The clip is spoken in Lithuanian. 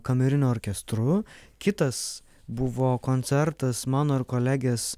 kameriniu orkestru kitas buvo koncertas mano ir kolegės